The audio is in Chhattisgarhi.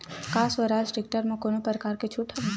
का स्वराज टेक्टर म कोनो प्रकार के छूट हवय?